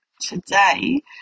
today